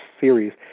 series